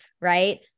right